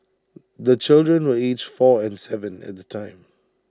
the children were aged four and Seven at the time